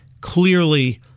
clearly